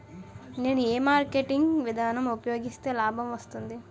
నేను ఏ మార్కెటింగ్ విధానం ఉపయోగిస్తే లాభం వస్తుంది?